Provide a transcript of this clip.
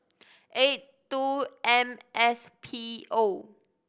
eight two M S P O